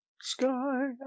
sky